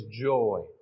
joy